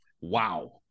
wow